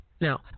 Now